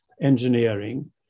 engineering